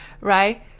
right